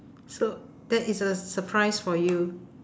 so that is a surprise for you